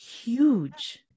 huge